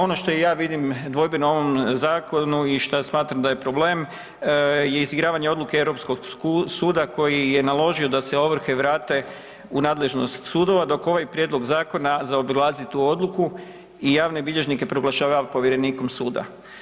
Ono što ja vidim dvojbeno u ovom zakonu i šta smatram da je problem je izigravanje odluke Europskog suda koji je naložio da se ovrhe vrate u nadležnost sudova dok ovaj prijedlog zakona zaobilazi tu odluku i javne bilježnike proglašava povjerenikom suda.